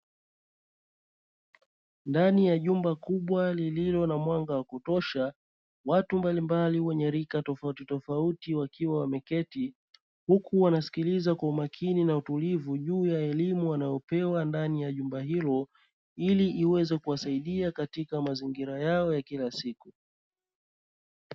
Ndani ya jumba kubwa lililo na mwanga wa kutosha, watu mbalimbali wenye rika tofautitofauti wakiwa wameketi, huku wanasikiliza kwa umakini na utulivu juu ya elimu wanayopewa ndani ya jumba hilo, ili iweze kuwasaidia katika mazingira yao ya kila siku.